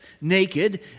naked